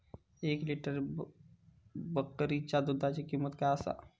एक लिटर बकरीच्या दुधाची किंमत काय आसा?